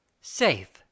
safe